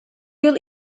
yıl